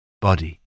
body